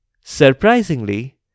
Surprisingly